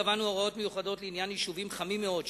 קבענו הוראות מיוחדות לעניין יישובים חמים מאוד,